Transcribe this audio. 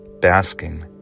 basking